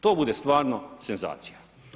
To bude stvarno senzacija.